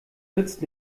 nützt